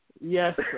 Yes